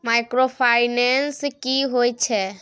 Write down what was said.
Microfinance की होय छै?